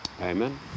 Amen